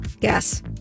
Yes